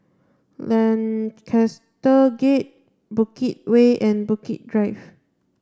Lancaster Gate Bukit Way and Bukit Drive